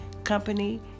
company